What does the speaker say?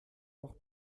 noch